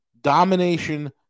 Domination